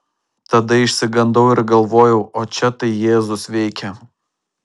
tada išsigandau ir galvojau o čia tai jėzus veikia